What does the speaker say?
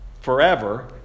forever